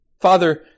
Father